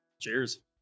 Cheers